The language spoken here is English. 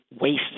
waste